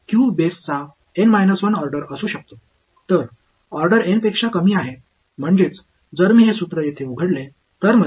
எனவே நீங்கள் செய்யக்கூடியது q என்பது N 1 வரிசையை அடிப்படையாகக் கொண்டது